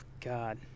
god